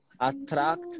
attract